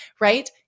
right